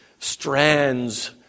strands